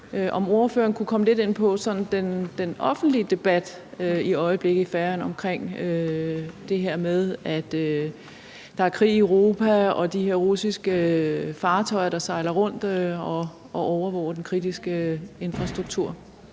om ordføreren kunne komme lidt ind på sådan den offentlige debat, der i øjeblikket er på Færøerne, omkring det her med, at der er krig i Europa, og at russiske fartøjer sejler rundt og overvåger den kritiske infrastruktur.